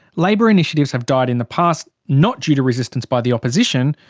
labor initiatives have died in the past not due to resistance by the opposition,